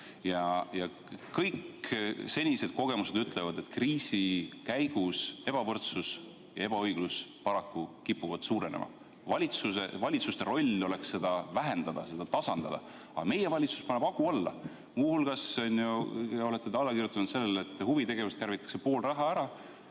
Kõik senised kogemused ütlevad, et kriisi käigus ebavõrdsus ja ebaõiglus kipuvad paraku suurenema. Valitsuse roll peaks olema seda vähendada, seda tasandada, aga meie valitsus paneb hagu alla. Muu hulgas olete te alla kirjutanud sellele, et huvitegevusest kärbitakse pool raha ära.